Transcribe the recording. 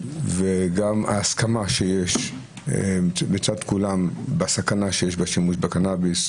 וגם ההסכמה שיש מצד כולם בסכנה שיש בשימוש בקנאביס,